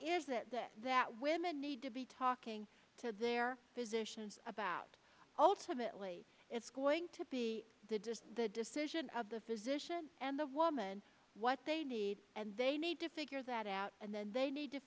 it that women need to be talking to their physicians about ultimately it's going to be the the decision of the physician and the woman what they need and they need to figure that out and then they need to